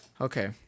Okay